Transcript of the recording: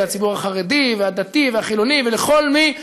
ולציבור החרדי והדתי והחילוני ולכל מי שבא,